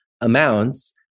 amounts